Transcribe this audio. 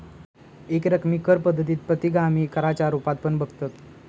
एकरकमी कर पद्धतीक प्रतिगामी कराच्या रुपात पण बघतत